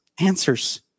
answers